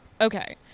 Okay